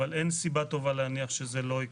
אבל אין סיבה טובה להניח שזה לא יקרה.